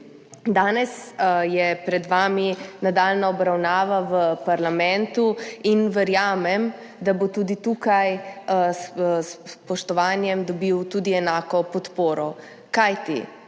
Danes je pred vami nadaljnja obravnava v parlamentu in verjamem, da bo tudi tukaj s spoštovanjem dobil tudi enako podporo, kajti